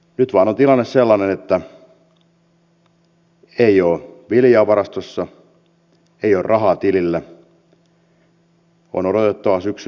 nyt vain on tilanne sellainen että ei ole viljaa varastossa ei ole rahaa tilillä